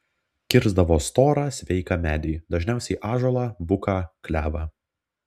kirsdavo storą sveiką medį dažniausiai ąžuolą buką klevą